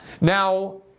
Now